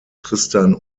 tristan